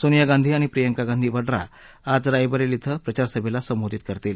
सोनिया गांधी आणि प्रियंका गांधी वड्रा आज रायबरेली िक प्रचार सभेला संबोधित करणार आहेत